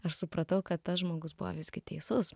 aš supratau kad tas žmogus buvo visgi teisus